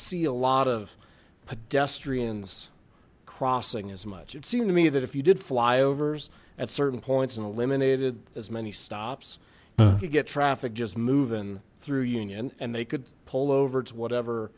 pedestrians crossing as much it seemed to me that if you did flyovers at certain points and eliminated as many stops you get traffic just moving through union and they could pull over to whatever